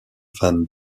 van